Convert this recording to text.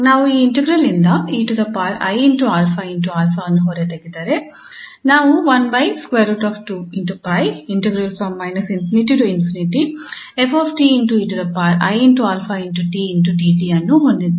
ನಾವು ಈ ಇಂಟಿಗ್ರಾಲ್ ಇಂದ 𝑒𝑖𝛼𝑎 ಅನ್ನುಹೊರತೆಗೆದರೆ ನಾವು ಅನ್ನು ಹೊಂದಿದ್ದೇವೆ